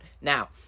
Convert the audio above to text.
Now